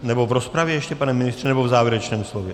Nebo v rozpravě ještě pane ministře, nebo v závěrečném slově?